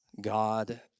God